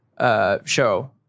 show